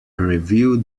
review